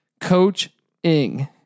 Coaching